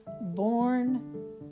born